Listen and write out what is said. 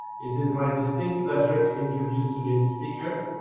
it is my distinct pleasure to introduce today's speaker,